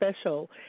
special